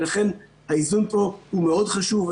ולכן האיזון פה הוא מאוד חשוב.